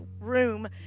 room